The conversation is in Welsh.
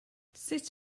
sut